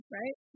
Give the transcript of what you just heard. right